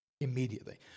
immediately